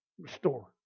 restore